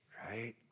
right